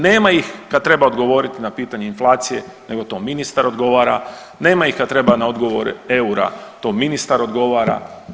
Nema ih kad treba odgovoriti na pitanje inflacije nego to ministar odgovara, nema ih kad treba na odgovore eura, to ministar odgovara.